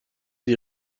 sie